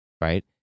right